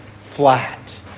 flat